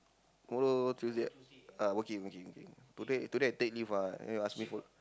tomorrow Tuesdays ah uh working working working today today I take leave ah then you ask me for